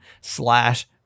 slash